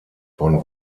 von